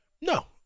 No